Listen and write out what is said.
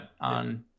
on